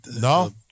no